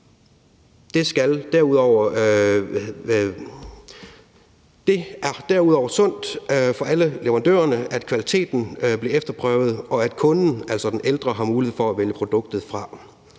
Det er derudover sundt for alle leverandørerne, at kvaliteten bliver efterprøvet, og at kunden, altså den ældre, har mulighed for at vælge produktet fra.